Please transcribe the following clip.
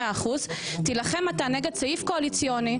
בוא נסגור על 40%. אבל סעיפים דווקניים כאלה צריכים להימחק,